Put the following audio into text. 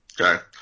Okay